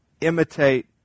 imitate